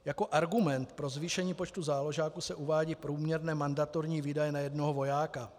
Jako argument pro zvýšení počtu záložáků se uvádějí průměrné mandatorní výdaje na jednoho vojáka.